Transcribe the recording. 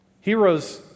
Heroes